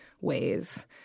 ways